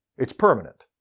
it's permanent.